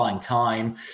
time